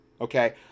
okay